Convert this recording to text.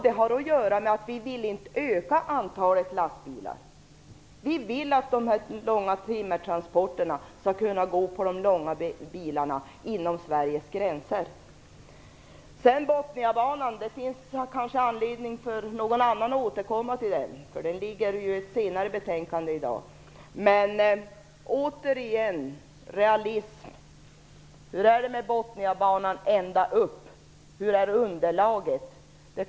Det har att göra med att vi inte vill öka antalet lastbilar. Vi vill att de långa timmertransporterna skall kunna gå på de långa bilarna inom Sveriges gränser. Elisa Abascal Reyes nämnde Botniabanan. Det finns anledning att återkomma till den frågan, som ju behandlas i ett senare betänkande i dag. Men återigen: Var finns realismen? Hur är det med Bothniabanan ända upp? Hur är underlaget?